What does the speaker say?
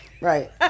Right